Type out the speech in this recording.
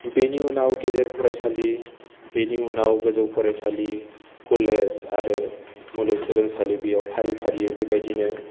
बेनि उनाव गेजेर फरायसालि बेनि उनाव गोजौ फरायसालि कलेज आरो मुलुग सोलोंसालि बेयाव फारि फारियै बेबायदिनो